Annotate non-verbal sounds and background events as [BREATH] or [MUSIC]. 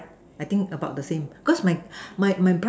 I think about the same cause mine [BREATH] mine mine bright